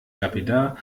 lapidar